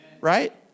right